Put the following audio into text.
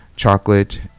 Chocolate